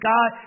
God